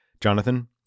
Jonathan